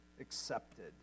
accepted